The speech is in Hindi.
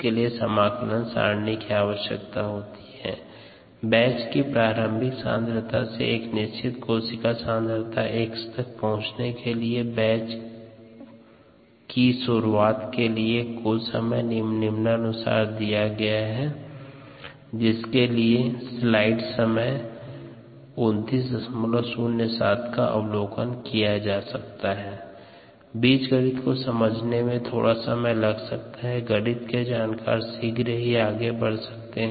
इसके लिए समाकलन सारणी की आवश्यकता होती है बैच की प्रारंभिक सांद्रता से एक निश्चित कोशिका सांद्रता x तक पहुंचने के लिए बैच की शुरुआत के लिए कुल समय निम्नानुसार दिया गया है t1mαln xx0 βln YxSS0x0 xYxSS0 t0 where αKSYxSYxSS0x0YxSS0x0 βKSYxSYxSS0x0 बीजगणित को समझने में थोड़ा सा समय लग सकता है गणित के जानकर शीघ्र ही आगे बढ़ सकते है